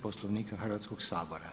Poslovnika Hrvatskog sabora.